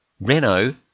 Renault